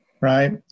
Right